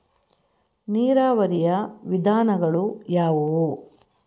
ನೀರಾವರಿಯ ವಿಧಾನಗಳು ಯಾವುವು?